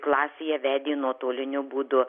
klasėje vedė nuotoliniu būdu